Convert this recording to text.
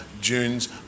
dunes